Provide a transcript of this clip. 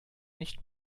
nicht